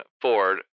Ford